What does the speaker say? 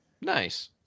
Nice